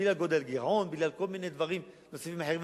בגלל גודל הגירעון ובגלל כל מיני דברים נוספים אחרים,